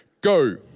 Go